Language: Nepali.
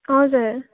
हजुर